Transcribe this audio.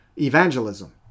evangelism